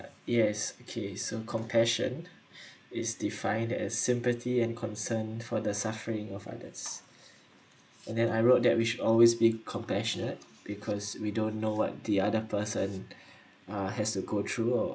yes okay so compassion is defined as sympathy and concern for the suffering of others and then I wrote that which should always be compassionate because we don't know what the other person uh has to go through or